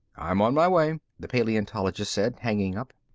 i'm on my way, the paleontologist said, hanging up.